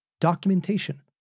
documentation